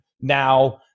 now